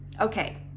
okay